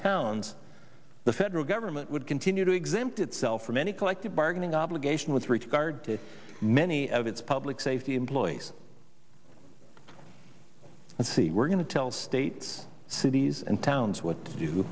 towns the federal government would continue to exempt itself from any collective bargaining obligation with regard to many of its public safety employees and see we're going to tell states cities and towns what to do